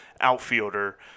outfielder